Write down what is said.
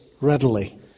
readily